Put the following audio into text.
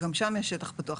גם שם יש שטח פתוח.